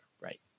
right